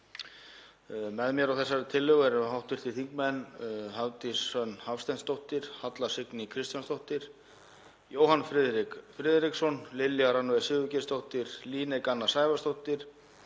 Með mér á þessari tillögu eru hv. þingmenn Hafdís Hrönn Hafsteinsdóttir, Halla Signý Kristjánsdóttir, Jóhann Friðrik Friðriksson, Lilja Rannveig Sigurgeirsdóttir, Líneik Anna Sævarsdóttir,